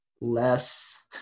less